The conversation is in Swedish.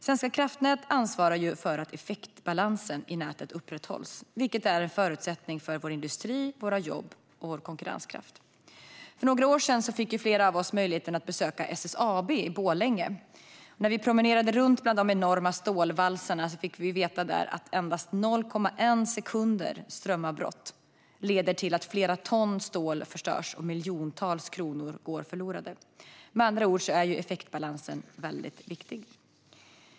Svenska kraftnät ansvarar för att effektbalansen i nätet upprätthålls, vilket är en förutsättning för vår industri, våra jobb och vår konkurrenskraft. För några år sedan fick flera av oss här möjligheten att besöka SSAB i Borlänge. När vi promenerade runt bland de enorma stålvalsarna fick vi veta att endast 0,1 sekunders strömavbrott leder till att flera ton stål förstörs och miljontals kronor går förlorade. Med andra ord är effektbalansen viktig.